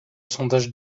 sondages